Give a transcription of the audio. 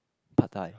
pad-thai